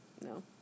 No